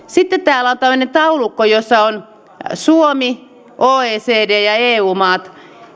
sitten täällä on tämmöinen taulukko jossa on suomi oecd ja eu maat